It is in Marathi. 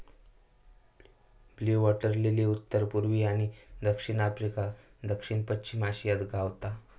ब्लू वॉटर लिली उत्तर पुर्वी आणि दक्षिण आफ्रिका, दक्षिण पश्चिम आशियात गावता